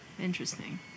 Interesting